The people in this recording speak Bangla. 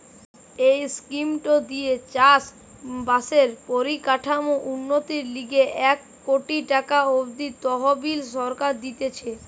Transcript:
এই স্কিমটো দিয়ে চাষ বাসের পরিকাঠামোর উন্নতির লিগে এক কোটি টাকা অব্দি তহবিল সরকার দিতেছে